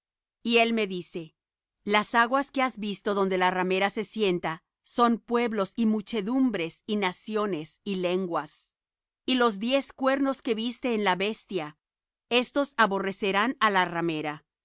y él me dice las aguas que has visto donde la ramera se sienta son pueblos y muchedumbres y naciones y lenguas y los diez cuernos que viste en la bestia éstos aborrecerán á la ramera